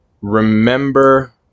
remember